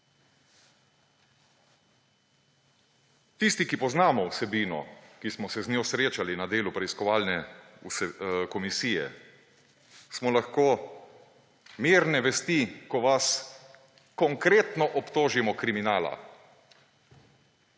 Tisti, ki poznamo vsebino, ki smo se z njo srečali na delu preiskovalne komisije, smo lahko mirne vesti, ko vas konkretno obtožimo kriminala,